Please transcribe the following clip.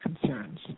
concerns